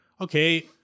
okay